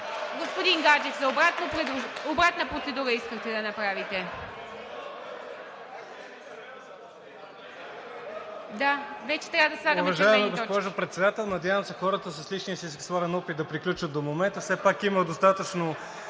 Господин Гаджев, обратна процедура искахте да направите? (Реплики.) Да, вече трябва да слагаме червени точки.